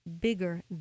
bigger